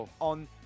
on